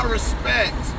respect